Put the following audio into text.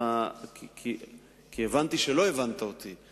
כי הבנתי שלא הבנת אותי,